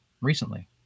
recently